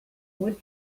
would